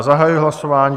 Zahajuji hlasování.